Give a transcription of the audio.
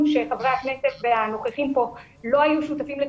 שחברי הכנסת והנוכחים כאן לא היו שותפים לתחילתו.